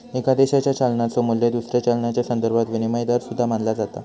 एका देशाच्यो चलनाचो मू्ल्य दुसऱ्या चलनाच्यो संदर्भात विनिमय दर सुद्धा मानला जाता